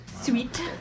Sweet